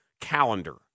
calendar